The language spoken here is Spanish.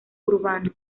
urbano